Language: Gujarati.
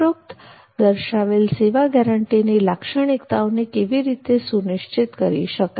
ઉપરોક્ત દર્શાવેલ સેવા ગેરંટીની લાક્ષણિકતાઓને કેવી રીતે સુનિશ્ચિત કરી શકાય